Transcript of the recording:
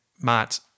Matt